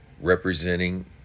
representing